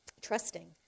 trusting